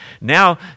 Now